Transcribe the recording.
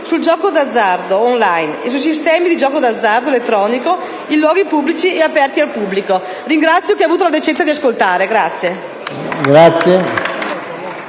sul gioco d'azzardo *on line* e sui sistemi di gioco d'azzardo elettronico in luoghi pubblici e aperti al pubblico». Ringrazio chi ha avuto la decenza di ascoltare.